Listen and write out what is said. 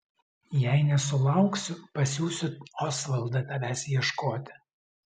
jei nesulauksiu pasiųsiu osvaldą tavęs ieškoti